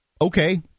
Okay